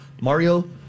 Mario